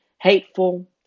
hateful